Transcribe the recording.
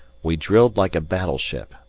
we drilled like a battleship,